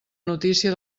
notícia